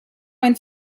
find